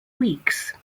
weeks